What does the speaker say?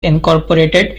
incorporated